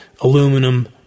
aluminum